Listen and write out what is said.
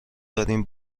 داریم